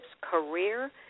Career